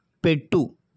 పెట్టు